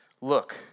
look